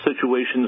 situations